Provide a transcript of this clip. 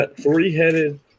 three-headed –